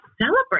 celebrate